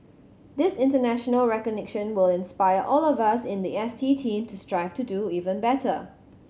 this international recognition will inspire all of us in the S T team to strive to do even better